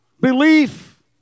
belief